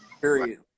Period